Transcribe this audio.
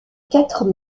quatre